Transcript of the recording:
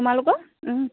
তোমালোকৰ